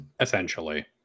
Essentially